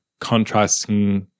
contrasting